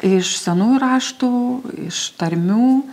iš senųjų raštų iš tarmių